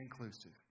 inclusive